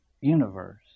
universe